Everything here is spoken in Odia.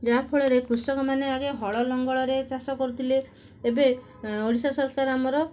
ଯାହାଫଳରେ କୃଷକମାନେ ଆଗେ ହଳ ଲଙ୍ଗଳରେ ଚାଷ କରୁଥିଲେ ଏବେ ଓଡ଼ିଶା ସରକାର ଆମର